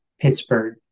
Pittsburgh